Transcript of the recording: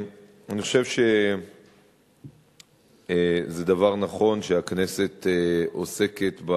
אני חושב שזה דבר נכון שהכנסת עוסקת,